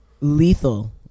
lethal